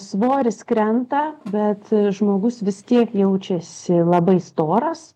svoris krenta bet žmogus vis tiek jaučiasi labai storas